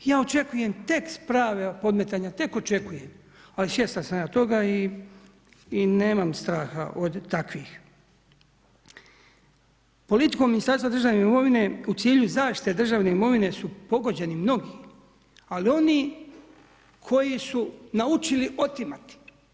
Ja očekujem tek prava podmetanja, tek očekujem, ali svjestan sam ja toga i nemam straha od takvih. … Ministarstvo državne imovine, u cilju zaštite državne imovine, su pogođeni mnogi, ali oni koji su naučili otimati.